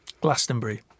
Glastonbury